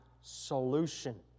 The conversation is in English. solution